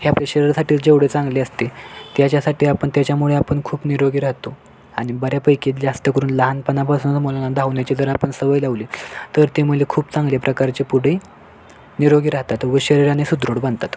हे आपल्या शरीरासाठी जेवढे चांगले असते त्याच्यासाठी आपण त्याच्यामुळे आपण खूप निरोगी राहतो आणि बऱ्यापैकी जास्त करून लहानपणापासूनच मुलांना धावण्याची जर आपण सवय लावली तर ती मुले खूप चांगले प्रकारची पुढे निरोगी राहतात व शरीराने सुदृढ बनतात